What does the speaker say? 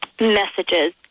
messages